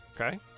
Okay